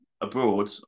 abroad